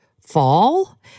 fall